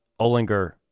Olinger